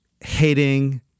hating